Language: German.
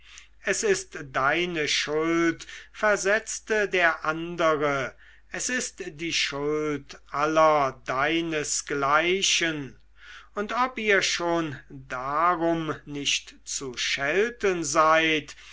es ist deine schuld versetzte der andere es ist die schuld aller deinesgleichen und ob ihr schon darum nicht zu schelten seid